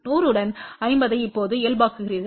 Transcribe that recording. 100 உடன் 50 ஐ இப்போது இயல்பாக்குகிறீர்கள்